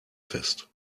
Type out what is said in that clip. fest